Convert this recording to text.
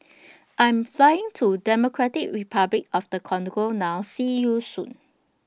I'm Flying to Democratic Republic of The Congo now See YOU Soon